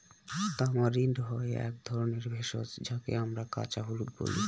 tamarind হয় এক ধরনের ভেষজ যাকে আমরা কাঁচা হলুদ বলি